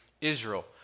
Israel